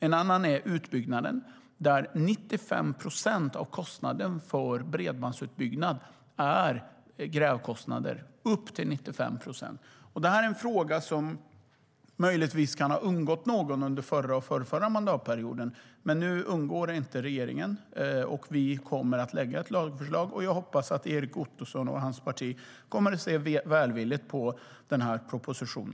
En annan är utbyggnaden, där upp till 95 procent av kostnaden för bredbandsutbyggnad är grävkostnader. Detta är en fråga som möjligtvis kan ha undgått någon under den förra och förrförra mandatperioden. Men nu undgår den inte regeringen. Vi kommer att lägga fram ett lagförslag, och jag hoppas att Erik Ottoson och hans parti kommer att se välvilligt på denna proposition.